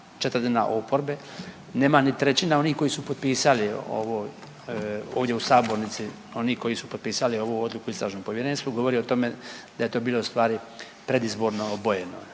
četvrtina oporbe, nema ni trećina onih koji su potpisali ovdje u sabornici oni koji su potpisali ovu odluku o istražnom povjerenstvu govori o tome da je to bilo ustvari predizborno obojeno